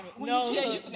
no